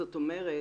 זאת אומרת,